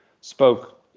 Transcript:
spoke